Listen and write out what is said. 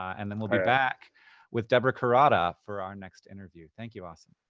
and then we'll be back with deborah kurata for our next interview. thank you, asim.